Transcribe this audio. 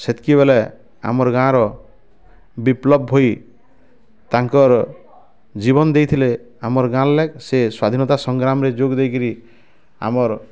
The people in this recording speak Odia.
ସେତିକିବେଳେ ଆମର ଗାଁର ବିପ୍ଳବ ଭୋଇ ତାଙ୍କର ଜୀବନ ଦେଇଥିଲେ ଆମର ଗାଁର ଲାଗି ସେ ସ୍ୱାଧୀନତା ସଂଗ୍ରାମରେ ଯୋଗ ଦେଇ କରି ଆମର